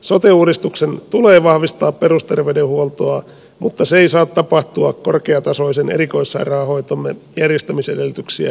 sote uudistuksen tulee vahvistaa perusterveydenhuoltoa mutta se ei saa tapahtua korkeatasoisen erikoissairaanhoitomme järjestämisedellytyksiä heikentämällä